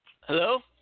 Hello